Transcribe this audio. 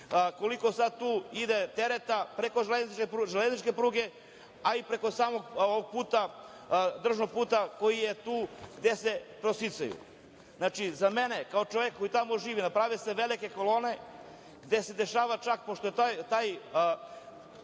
koliko sad tu ide tereta preko železničke pruge, a i preko samog ovog puta, državnog puta koji je tu gde se presecaju. Znači, za mene kao čoveka koji tamo živi prave se velike kolone gde se dešava čak, pošto je taj